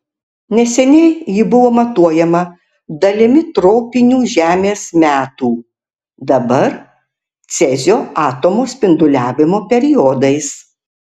neseniai ji buvo matuojama dalimi tropinių žemės metų dabar cezio atomo spinduliavimo periodais